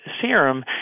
serum